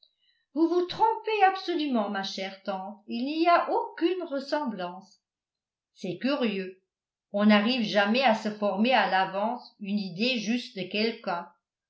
vous vous trompez absolument ma chère tante il n'y a aucune ressemblance c'est curieux on n'arrive jamais à se former à l'avance une idée juste de quelqu'un